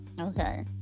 okay